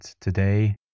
today